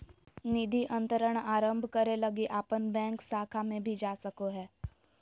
निधि अंतरण आरंभ करे लगी अपन बैंक शाखा में भी जा सको हो